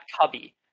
cubby